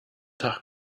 tag